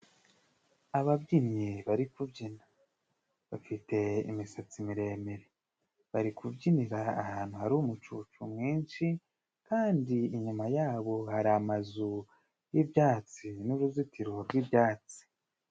Ababyinnyi bari kubyina bafite imisatsi miremire bari kubyinira ahantu hari umucucu mwinshi kandi inyuma yabo hari amazu y'ibyatsi n'uruzitiro rw'ibyatsi.